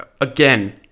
again